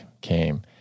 came